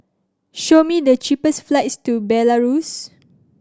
show me the cheapest flights to Belarus